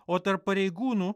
o tarp pareigūnų